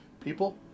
People